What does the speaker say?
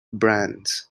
brands